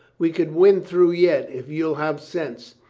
we can win through yet, if you'll have sense.